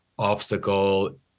obstacle